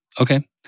okay